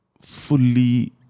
fully